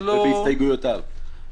ולא --- ובהסתייגויותיו.